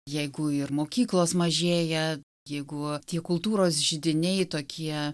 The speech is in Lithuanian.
jeigu ir mokyklos mažėja jeigu tie kultūros židiniai tokie